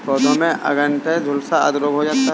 पौधों में अंगैयता, झुलसा आदि रोग हो जाता है